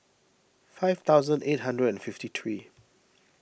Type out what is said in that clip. five thousand eight hundred and fifty three